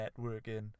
networking